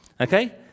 Okay